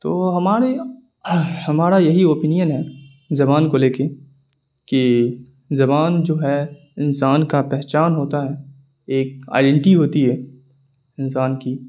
تو ہمارے ہمارا یہی اوپنین ہے زبان کو لے کے کہ زبان جو ہے انسان کا پہچان ہوتا ہے ایک آئیڈینٹی ہوتی ہے انسان کی